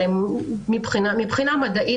אבל מבחינה מדעית,